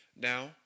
Now